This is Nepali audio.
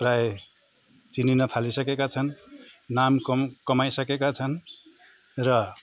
प्रायः चिनिन थालिसकेका छन् नाम कम कमाइसकेका छन् र